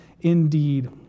indeed